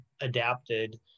adapted